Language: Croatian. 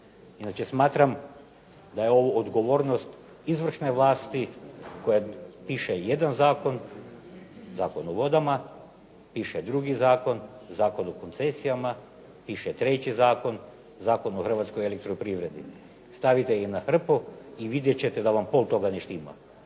Inače smatram da je ovo odgovornost izvršne vlasti koja piše jedan zakon, Zakon o vodama, piše drugi zakon, Zakon o koncesijama, piše treći zakon, Zakon o hrvatskoj elektroprivredi. Stavite ih na hrpu i vidjet ćete da vam pol toga ne štima.